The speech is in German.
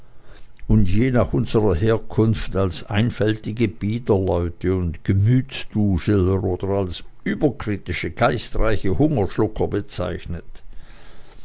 und je nach unserer herkunft als einfältige biederleute und gemütsduseler oder als überkritische geistreiche hungerschlucker bezeichnet